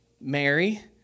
Mary